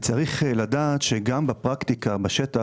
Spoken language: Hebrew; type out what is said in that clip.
כמי שייצג בעבר במגזר הפרטי ועובד בעיריית באר שבע מזה כשבע שנים,